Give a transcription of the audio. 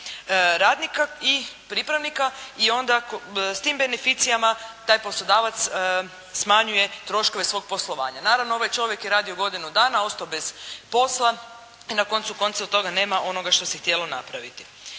radnika i pripravnika i onda s tim beneficijima taj poslodavac smanjuje troškove svog poslovanja. Naravno ovaj čovjek je radio godinu dana, ostao bez posla i na koncu konca od toga nema onoga što se htjelo napraviti.